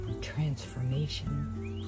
transformation